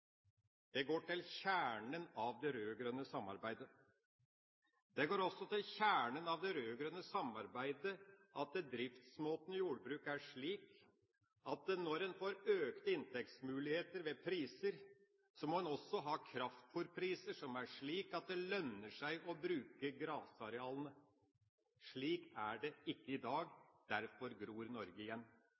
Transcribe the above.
Det går til kjernen av det rød-grønne samarbeidet. Det går også til kjernen av det rød-grønne samarbeidet at driftsmåten i jordbruket er slik at når en får økte inntektsmuligheter ved priser, må en også ha kraftfôrpriser som er slik at det lønner seg å bruke grasarealene. Slik er det ikke i dag, derfor gror Norge igjen.